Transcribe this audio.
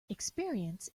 experience